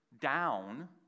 down